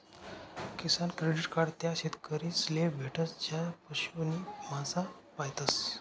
किसान credit card त्या शेतकरीस ले भेटस ज्या पशु नी मासा पायतस